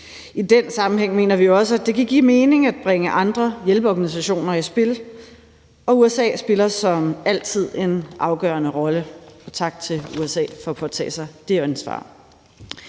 I den sammenhæng mener vi også, at det kan give mening at bringe andre hjælpeorganisationer i spil, og USA spiller som altid en afgørende rolle. Tak til USA for at påtage sig det ansvar.